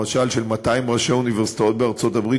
למשל של 200 ראשי אוניברסיטאות בארצות-הברית